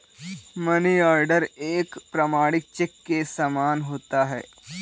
money order एक प्रमाणिक cheque के समान होता है